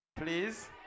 please